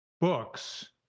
books